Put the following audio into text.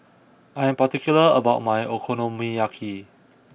I am particular about my Okonomiyaki